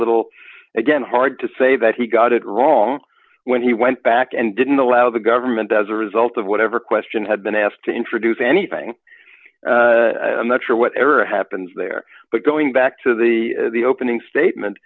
little again hard to say that he got it wrong when he went back and didn't allow the government as a result of whatever question had been asked to introduce anything i'm not sure what ever happens there but going back to the the opening statement